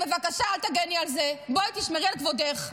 בבקשה אל תגני על זה, בואי תשמרי על כבודך.